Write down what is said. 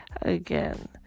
Again